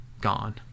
gone